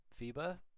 FIBA